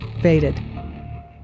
faded